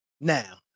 Now